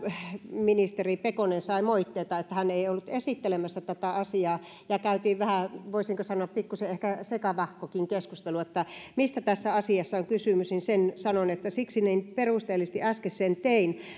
ministeri pekonen sai moitteita siitä että hän ei ollut esittelemässä tätä asiaa ja käytiin vähän voisinko sanoa pikkuisen ehkä sekavahkokin keskustelu että mistä tässä asiassa on kysymys niin sanon sen että siksi niin perusteellisesti äsken sen tein